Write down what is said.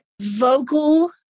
vocal